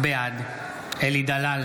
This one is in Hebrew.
בעד אלי דלל,